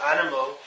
animal